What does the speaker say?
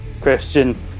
Christian